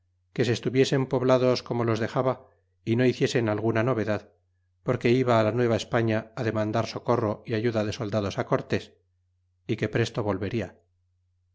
que se estuviesen poblados como los dexaba y no hiciesen alguna novedad porque iba la nueva españa á demandar socorro é ayudada soldados á cortes y que presto volveria